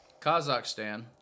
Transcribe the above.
Kazakhstan